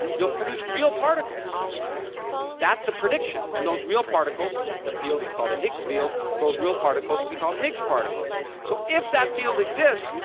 you'll produce real particles that's a prediction and those real particles the field is called a higgs field those real particles would be called higgs particles. so if that field exists,